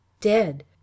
Dead